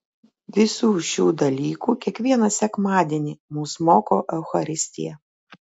visų šių dalykų kiekvieną sekmadienį mus moko eucharistija